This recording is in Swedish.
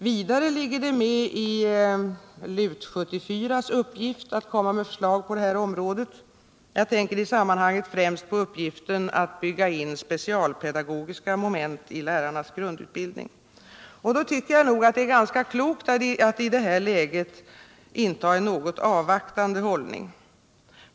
Vidare ligger det med i LUT-74:s uppgift att framlägga förslag på det här området. Jag tänker i sammanhanget främst på uppgiften att bygga in specialpedagogiska moment i lärarnas grundutbildning. Då tycker jag att det är ganska klokt att i detta läge inta en något avvaktande hållning.